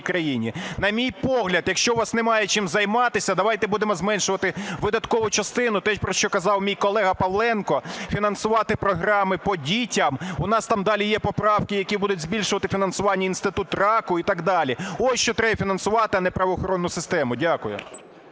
На мій погляд, якщо у вас немає чим займатися, давайте будемо зменшувати видаткову частину, те, про що казав мій колега Павленко, фінансувати програми по дітях. У нас там далі є поправки, які будуть збільшувати фінансування Інституту раку і так далі. Ось що треба фінансувати, а не правоохоронну систему. Дякую.